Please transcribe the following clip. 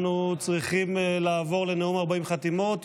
אנחנו צריכים לעבור לנאום 40 חתימות.